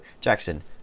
Jackson